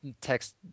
text